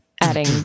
adding